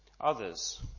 others